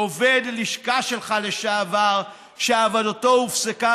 עובד לשכה שלך לשעבר שעבודתו הופסקה